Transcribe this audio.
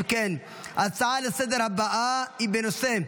אם כן, ההצעה לסדר-היום הבאה היא בנושא: